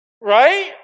Right